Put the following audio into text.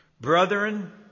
Brethren